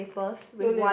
don't have